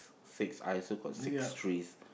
six I also got six trees